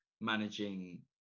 managing